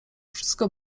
wszystko